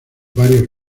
varios